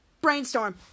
Brainstorm